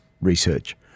research